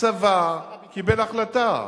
הצבא קיבל החלטה,